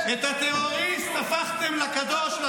את הטרוריסט הפכתם לקדוש,